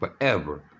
forever